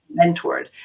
mentored